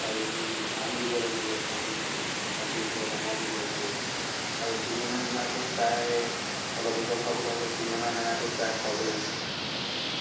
আৰু ধান দিব লাগিব ধান ৰাতিপুৱা দানা দিব লাগিব আৰু কিনি অনা দানাটো প্ৰায় অলপ ওজন পাবলৈ হ'লে কিনি অনা দানাটো প্ৰায় খোৱাব লাগিব